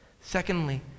Secondly